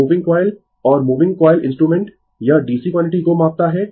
moving coil और moving coil instrument यह DC quantity को मापता है